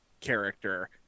Character